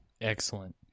Excellent